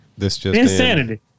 Insanity